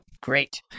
great